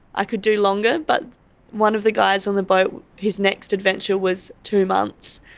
i could do longer. but one of the guys on the boat, his next adventure was two months,